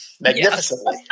magnificently